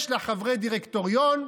יש לה חברי דירקטוריון,